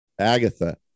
Agatha